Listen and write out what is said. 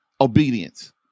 obedience